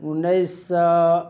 उनैस सओ